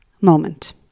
moment